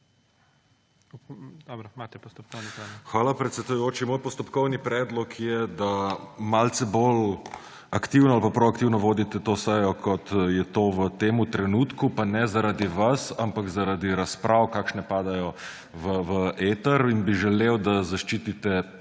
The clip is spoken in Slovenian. Hvala, predsedujoči. Moj postopkovni predlog je, da malce bolj aktivno ali proaktivno vodite to sejo, kot je to v tem trenutku. Pa ne zaradi vas, ampak zaradi razprav, kakršne padajo v eter, in bi želel, da zaščitite